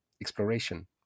exploration